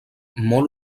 molt